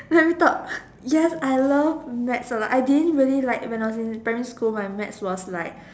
let me talk yes I love maths a lot I didn't really like when I was in primary school my maths was like